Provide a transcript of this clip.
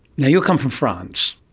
yeah you come from france,